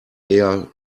eher